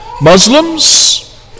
Muslims